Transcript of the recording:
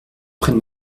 prenne